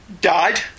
died